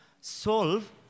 solve